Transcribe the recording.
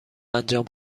انجام